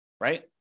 right